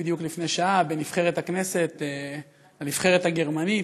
בדיוק לפני שעה בין נבחרת הכנסת לנבחרת הגרמנית,